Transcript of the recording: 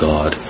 God